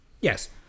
Yes